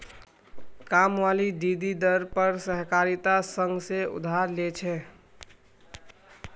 कामवाली दीदी दर पर सहकारिता संघ से उधार ले छे